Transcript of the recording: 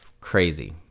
crazy